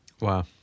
Wow